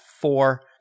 four